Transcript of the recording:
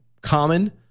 common